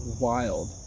wild